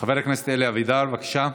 חבר הכנסת אלי אבידר, בבקשה.